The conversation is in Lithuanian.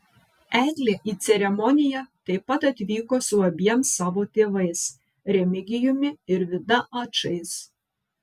eglė į ceremoniją taip pat atvyko su abiem savo tėvais remigijumi ir vida ačais